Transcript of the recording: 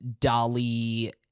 Dolly